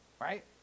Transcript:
right